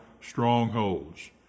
strongholds